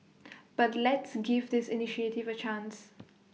but let's give this initiative A chance